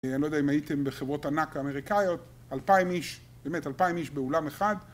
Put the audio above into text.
אני לא יודע אם הייתם בחברות ענק אמריקאיות, אלפיים איש, באמת אלפיים איש באולם אחד